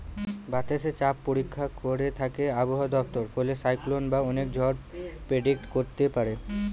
বাতাসের চাপ পরীক্ষা করে থাকে আবহাওয়া দপ্তর ফলে সাইক্লন বা অনেক ঝড় প্রেডিক্ট করতে পারে